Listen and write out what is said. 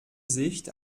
sicht